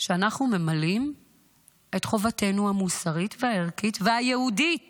שאנחנו ממלאים את חובתנו המוסרית, הערכית והיהודית